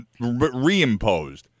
reimposed